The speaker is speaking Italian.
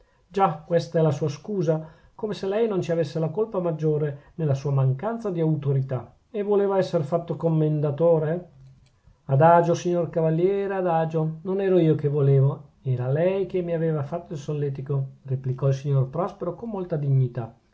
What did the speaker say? già questa è la sua scusa come se lei non ci avesse la colpa maggiore nella sua mancanza di autorità e voleva esser fatto commendatore adagio signor cavaliere adagio non ero io che volevo era lei che mi aveva fatto il solletico replicò il signor prospero con molta dignità